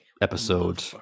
episode